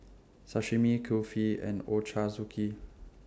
Sashimi Kulfi and Ochazuke